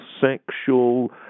sexual